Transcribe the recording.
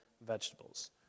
vegetables